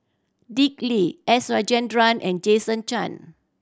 Dick Lee S Rajendran and Jason Chan